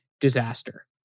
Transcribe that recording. disaster